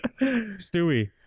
Stewie